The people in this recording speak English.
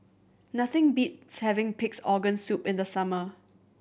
nothing beats having Pig's Organ Soup in the summer